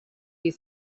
you